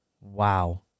Wow